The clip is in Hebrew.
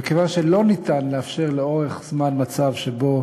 וכיוון שלא ניתן לאפשר לאורך זמן מצב שבו